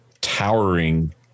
towering